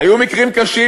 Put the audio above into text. היו מקרים קשים,